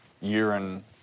urine